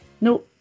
no